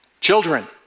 Children